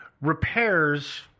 repairs